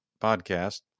podcast